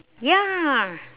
ya